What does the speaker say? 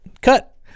cut